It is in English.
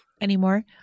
anymore